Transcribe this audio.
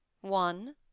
One